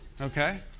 Okay